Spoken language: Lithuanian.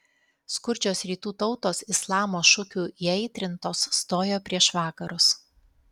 skurdžios rytų tautos islamo šūkių įaitrintos stojo prieš vakarus